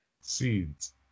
seeds